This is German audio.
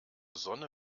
sonne